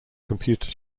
computer